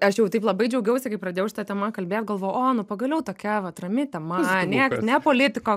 aš jau taip labai džiaugiausi kai pradėjau šita tema kalbėt galvojau o nu pagaliau tokia vat rami tema niek ne politika